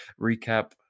recap